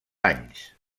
anys